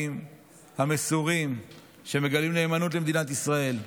המסורים שמגלים נאמנות למדינת ישראל,